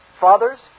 Fathers